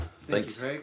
Thanks